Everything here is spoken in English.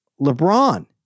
LeBron